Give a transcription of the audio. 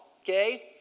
okay